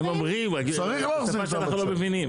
הם אומרים, אבל זה בשפה שאנחנו לא מבינים.